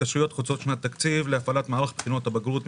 התקשרויות חוצות שנות תקציב להפעלת מערך בחינות הבגרות.